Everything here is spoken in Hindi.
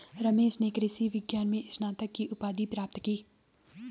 रमेश ने कृषि विज्ञान में स्नातक की उपाधि प्राप्त की